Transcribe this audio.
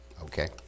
Okay